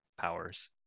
powers